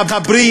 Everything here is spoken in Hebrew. מחברים,